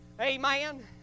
Amen